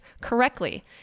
correctly